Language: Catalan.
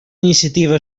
iniciativa